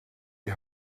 die